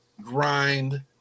grind